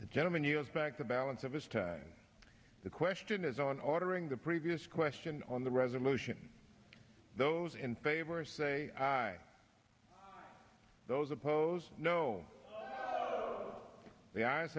that gentleman years back the balance of his time the question is on ordering the previous question on the resolution those in favor say aye those opposed no the eyes